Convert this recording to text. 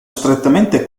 strettamente